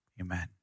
Amen